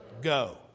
Go